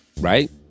right